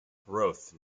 growth